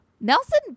Nelson